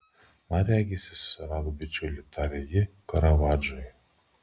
man regis jis susirado bičiulį tarė ji karavadžui